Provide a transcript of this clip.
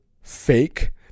fake